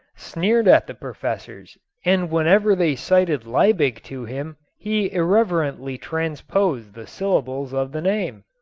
sneered at the professors and whenever they cited liebig to him he irreverently transposed the syllables of the name.